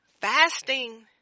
Fasting